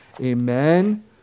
Amen